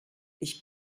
ich